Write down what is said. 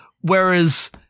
whereas